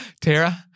Tara